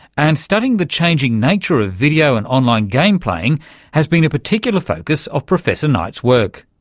and studying the changing nature of video and online game playing has been a particular focus of professor knight's work.